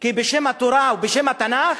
כי בשם התורה ובשם התנ"ך,